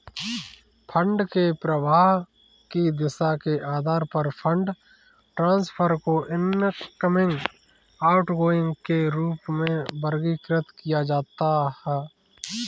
fund के प्रवाह की दिशा के आधार पर फंड ट्रांसफर को इनकमिंग, आउटगोइंग के रूप में वर्गीकृत किया जाता है